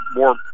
more